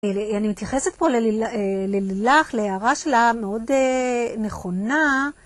אני מתייחסת פה ללילך, להערה שלה מאוד נכונה.